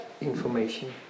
information